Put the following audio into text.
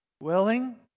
Willing